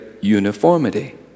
uniformity